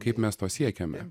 kaip mes to siekiame